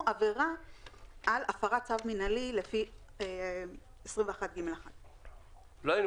עבירה על הפרת צו מינהלי לפי 21ג1. לא היינו